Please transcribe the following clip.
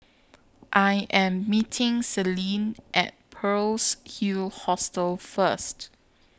I Am meeting Celine At Pearl's Hill Hostel First